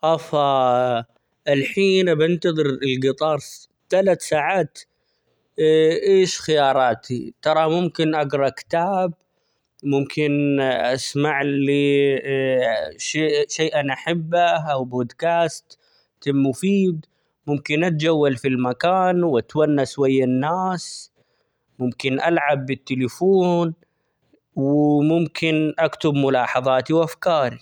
أفا الحين ابى انتظر القطار ثلاث ساعات ايش خياراتي؟ ترى ممكن أقرا كتاب ممكن أسمع ل شيئا أحبه أو بودكاست مفيد ممكن أتجول في المكان وأتونس ويا الناس ، ممكن ألعب بالتليفون ،وممكن أكتب ملاحظاتي ،وأفكاري.